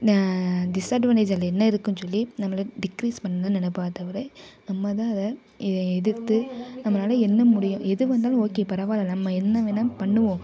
disadvantage அதில் என்ன இருக்குதுன்னு சொல்லி நம்மளை டிக்ரீஸ் பண்ணதான் நெனப்பாங்க தவிர நம்மதான் அதை எதிர்த்து நம்மளால என்ன முடியும் எது வந்தாலும் ஓகே பரவாயில்லை நம்ம என்ன வேணாலும் பண்ணுவோம்